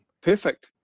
Perfect